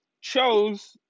chose